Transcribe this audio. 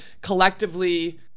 collectively